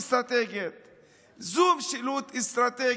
זו משילות אסטרטגית.